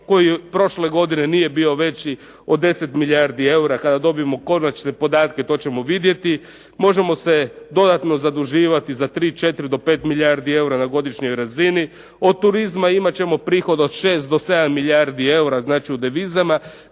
koji prošle godine nije bio veći od 10 milijardi eura. Kada dobijemo konačne podatke to ćemo vidjeti. Možemo se dodatno zaduživati za 3,4 do 5 milijardi eura na godišnjoj razini. Od turizma imat ćemo prihod od 6 do 7 milijardi eura znači u devizama.